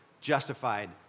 justified